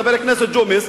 חבר הכנסת ג'ומס,